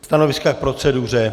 Stanoviska k proceduře.